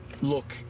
Look